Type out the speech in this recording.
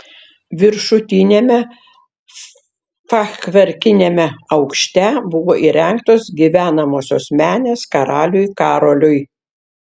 viršutiniame fachverkiniame aukšte buvo įrengtos gyvenamosios menės karaliui karoliui